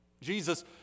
Jesus